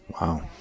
Wow